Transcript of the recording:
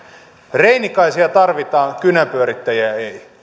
reinikaisia tarvitaan kynänpyörittäjiä ei